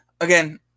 again